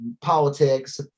politics